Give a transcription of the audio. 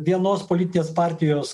vienos politinės partijos